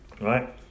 Right